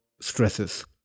stresses